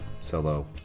solo